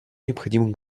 необходимых